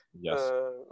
Yes